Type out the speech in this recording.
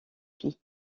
filles